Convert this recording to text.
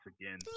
again